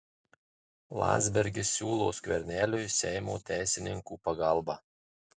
landsbergis siūlo skverneliui seimo teisininkų pagalbą